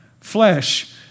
flesh